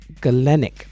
Galenic